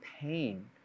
pain